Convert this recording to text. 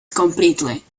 completely